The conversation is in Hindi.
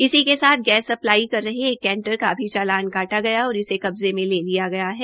इसी के साथ गैस सप्लाई कर रहे एक केंटर का भी चालान काटा गया और इसे कब्जे मे ले लिया गया है